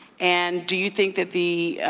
and do you think that the